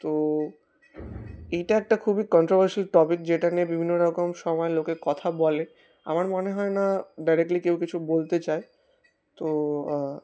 তো এইটা একটা খুবই কন্ট্রোভার্সিয়াল টপিক যেটা নিয়ে বিভিন্ন রকম সময় লোকে কথা বলে আমার মনে হয় না ডাইরেক্টলি কেউ কিছু বলতে চায় তো